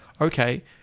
Okay